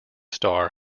star